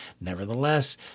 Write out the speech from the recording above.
Nevertheless